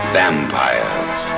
vampires